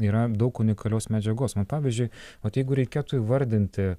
yra daug unikalios medžiagos pavyzdžiui vat jeigu reikėtų įvardinti